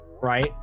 Right